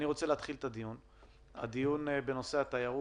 אני רוצה להתחיל את הדיון בנושא התיירות.